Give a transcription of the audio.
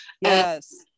yes